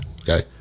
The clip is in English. okay